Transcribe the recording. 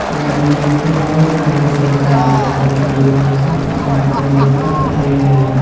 ចំណុចនេះធ្វើឲ្យការរៀនសូត្រតាមរយៈបទចម្រៀងខុសពីការបង្រៀនបែបប្រពៃណី។